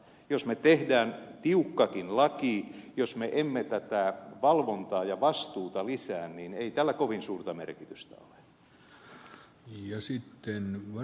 jos me teemme tiukankin lain niin jos me emme valvontaa ja vastuuta lisää ei tällä kovin suurta merkitystä ole